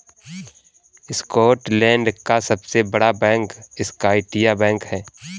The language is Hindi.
स्कॉटलैंड का सबसे बड़ा बैंक स्कॉटिया बैंक है